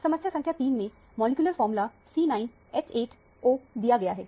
समस्या संख्या 3 में मॉलिक्यूलर फार्मूला C9H8O दिया गया है